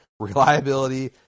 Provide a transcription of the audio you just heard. reliability